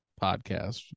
podcast